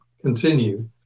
continue